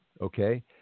Okay